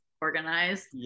organized